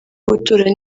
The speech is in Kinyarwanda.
gutura